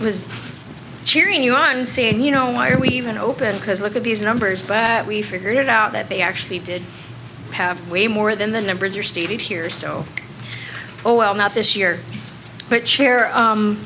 was cheering you on saying you know why are we even opened because look at these numbers but we figured out that they actually did have way more than the numbers are stated here so oh well not this year but sha